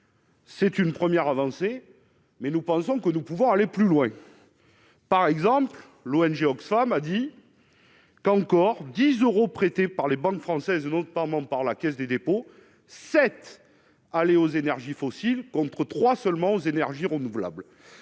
C'est une première avancée, mais nous pensons que nous pouvons aller plus loin, par exemple, l'ONG Oxfam a dit qu'encore 10 euros prêtés par les banques françaises n'autre pas mon par la Caisse des dépôts, cette aller aux énergies fossiles, contre 3 seulement aux énergies renouvelables,